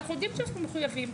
ואנחנו יודעים שאנחנו מחויבים.